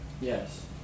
Yes